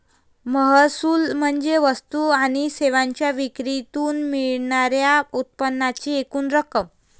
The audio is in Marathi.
महसूल म्हणजे वस्तू आणि सेवांच्या विक्रीतून मिळणार्या उत्पन्नाची एकूण रक्कम